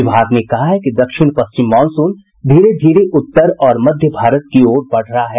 विभाग ने कहा है कि दक्षिण पश्चिम मॉनसून धीरे धीरे उत्तर और मध्य भारत की ओर बढ़ रहा है